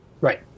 right